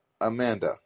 amanda